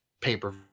paper